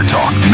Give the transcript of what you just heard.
Talk